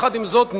עם זאת,